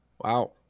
Wow